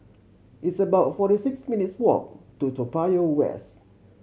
it's about forty six minutes' walk to Toa Payoh West